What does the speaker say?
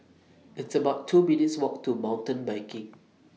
It's about two minutes' Walk to Mountain Biking